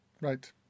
right